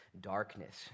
darkness